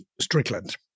Strickland